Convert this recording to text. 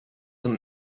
und